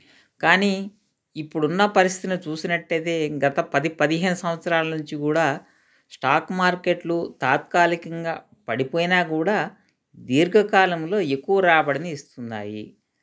కానీ ఇప్పుడున్న పరిస్థితిని చూసినట్టయితే గత పది పదిహేను సంవత్సరాల నుంచి కూడా స్టాక్ మార్కెట్లు తాత్కాలికంగా పడిపోయినా కూడా దీర్ఘకాలంలో ఎక్కువ రాబడిని ఇస్తున్నాయి